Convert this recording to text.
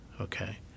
Okay